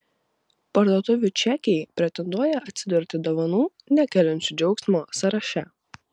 parduotuvių čekiai pretenduoja atsidurti dovanų nekeliančių džiaugsmo sąraše